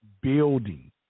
building